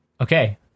okay